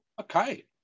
okay